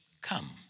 come